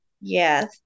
Yes